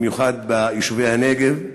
במיוחד ביישובי הנגב,